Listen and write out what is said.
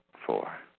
Four